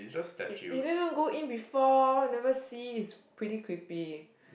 you you never even go in before never see it's pretty creepy